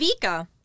Vika